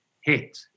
hit